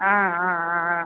ആ ആ ആ ആ